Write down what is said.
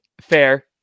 fair